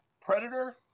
Predator